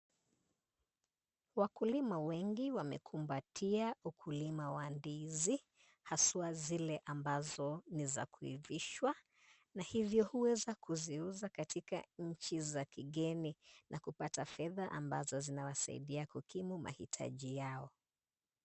Wakulima wengi wamekumbatia ukulima wa ndizi haswa zile za kuivishwa na hivyo kuweza kuziuza katika nchi za kigeni na kupata fedha zinazowasaidia kukimu mahitaji yao.